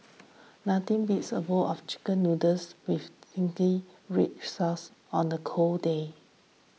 nothing beats a bowl of Chicken Noodles with Zingy Red Sauce on the cold day